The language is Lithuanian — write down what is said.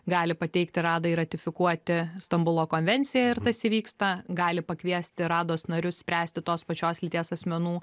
gali pateikti radai ratifikuoti stambulo konvenciją ir tas įvyksta gali pakviesti rados narius spręsti tos pačios lyties asmenų